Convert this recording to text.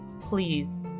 please